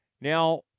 Now